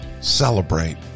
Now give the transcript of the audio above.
celebrate